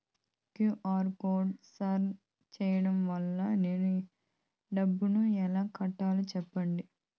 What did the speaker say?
QR code scan సేయడం ద్వారా నేను డబ్బును ఎలా కట్టాలో సెప్పండి?